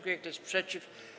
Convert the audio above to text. Kto jest przeciw?